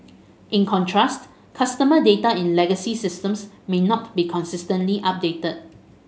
in contrast customer data in legacy systems may not be consistently updated